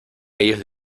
ellos